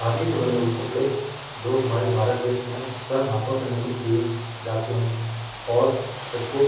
खादी से बने हुए कपड़े जो हमारे भारत देश में स्वयं हाथों से निर्मित किए जाते हैं और इसको